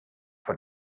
vor